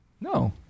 no